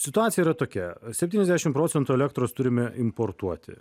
situacija yra tokia septyniasdešim procentų elektros turime importuoti